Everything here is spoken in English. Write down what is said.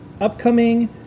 upcoming